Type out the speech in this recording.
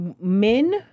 men